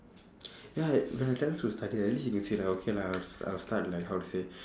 ya when I tell her to study at least she can say like okay lah I'll start like how to say